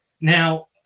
now